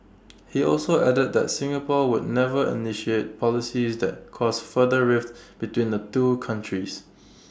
he also added that Singapore would never initiate policies that cause further rift between the two countries